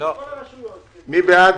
מי בעד,